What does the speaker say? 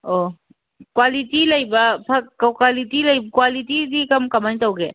ꯑꯣ ꯀ꯭ꯋꯥꯂꯤꯇꯤ ꯂꯩꯕ ꯐꯛ ꯀ꯭ꯋꯥꯂꯤꯇꯤꯗꯤ ꯀꯃꯥꯏꯅ ꯇꯧꯒꯦ